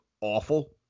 awful